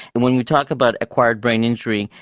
and when you talk about acquired brain injury,